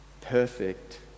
perfect